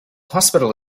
hospital